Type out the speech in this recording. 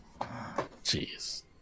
Jeez